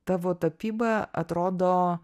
tavo tapyba atrodo